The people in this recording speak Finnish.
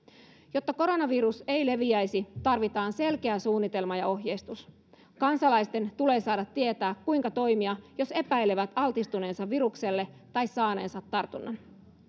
jotta koronavirus ei leviäisi tarvitaan selkeä suunnitelma ja ohjeistus kansalaisten tulee saada tietää kuinka toimia jos epäilevät altistuneensa virukselle tai saaneensa tartunnan